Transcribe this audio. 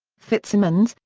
fitzsimons,